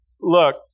Look